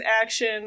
action